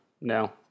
no